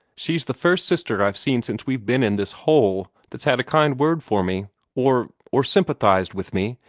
she's the first sister i've seen since we've been in this hole that's had a kind word for me or or sympathized with me!